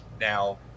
now